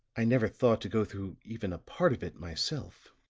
i never thought to go through even a part of it myself.